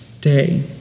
day